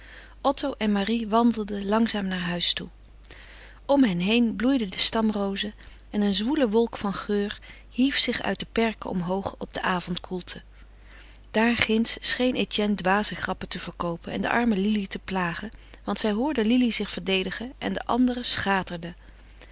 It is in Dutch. en marie wandelden langzaam naar huis toe om hen heen bloeiden de stamrozen en een zwoele wolk van geur hief zich uit de perken omhoog op de avondkoelte daar ginds scheen etienne dwaze grappen te verkoopen en de arme lili te plagen want zij hoorden lili zich verdedigen en de anderen schaterden